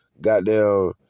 goddamn